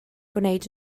gwneud